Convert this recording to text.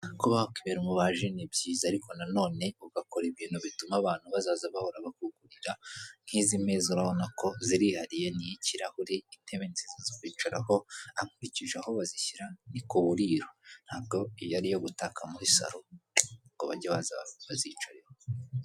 kuba wakwibera umubaji ni byiza ariko nanone ugakora ibintu bituma abantu bazajya bahora bakugurira nk'izi meza urabona ko zirihariye n'ikirahure izi ntebe ni nziza zo kwicaraho ankurikije aho bazishyira nikoriro ntabwo iyo ari iyo gutaka muri salon ngo bajye bazicare.